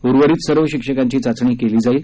उर्वरित सर्व शिक्षकांची चाचणी केली जाणार आहे